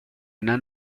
una